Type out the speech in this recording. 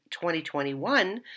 2021